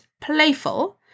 playful